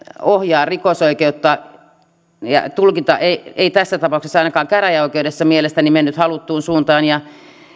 ohjaa rikosoikeutta ja tulkinta ei ei tässä tapauksessa ainakaan käräjäoikeudessa mielestäni mennyt haluttuun suuntaan ja